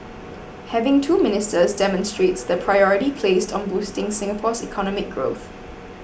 having two ministers demonstrates the priority placed on boosting Singapore's economic growth